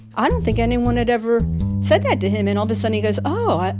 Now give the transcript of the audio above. i don't think anyone had ever said that to him. and all of a sudden he goes, oh,